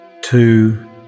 Two